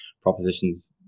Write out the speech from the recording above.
propositions